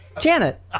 Janet